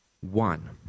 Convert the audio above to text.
one